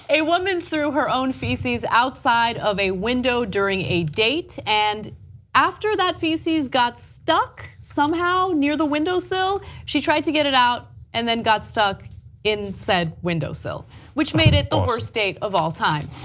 a woman through her own feces outside of a window during a date and after that feces got stuck somehow near the windowsill, she tried to get it out and then got stuck in said windowsill which made it the worst date of all time.